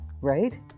right